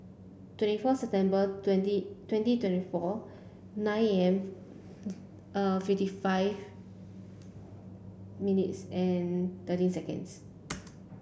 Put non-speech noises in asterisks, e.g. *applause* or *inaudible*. twenty fourth September twenty twenty twenty four nine and *hesitation* fifty five minutes and thirteen seconds